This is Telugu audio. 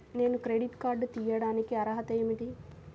నేను క్రెడిట్ కార్డు తీయడానికి అర్హత ఏమిటి?